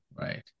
right